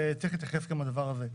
וצריך גם להתייחס לדבר הזה.